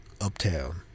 uptown